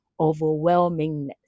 overwhelmingness